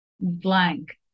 blank